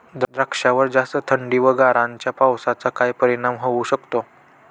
द्राक्षावर जास्त थंडी व गारांच्या पावसाचा काय परिणाम होऊ शकतो?